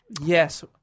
Yes